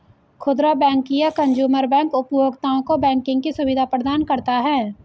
खुदरा बैंक या consumer bank उपभोक्ताओं को बैंकिंग की सुविधा प्रदान करता है